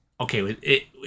Okay